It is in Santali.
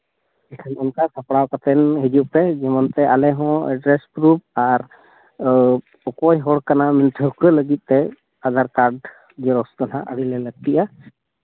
ᱮᱱᱠᱷᱟᱱ ᱚᱱᱠᱟ ᱥᱟᱯᱲᱟᱣ ᱠᱟᱛᱮ ᱦᱤᱡᱩᱜ ᱯᱮ ᱡᱮᱢᱚᱱ ᱛᱮ ᱟᱞᱮ ᱦᱚᱸ ᱮᱰᱨᱮᱥ ᱯᱨᱩᱯᱷ ᱟᱨ ᱚᱠᱚᱭ ᱦᱚᱲ ᱠᱟᱱᱟᱢ ᱴᱷᱟᱶᱠᱟᱹ ᱞᱟᱹᱜᱤᱫ ᱛᱮ ᱟᱫᱷᱟᱨ ᱠᱟᱨᱰ ᱡᱮᱨᱚᱠᱥ ᱫᱚ ᱦᱟᱸᱜ ᱟᱹᱰᱤᱜᱮ ᱞᱟᱹᱠᱛᱤᱭᱟ